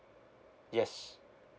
yes